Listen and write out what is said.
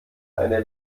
eine